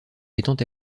étant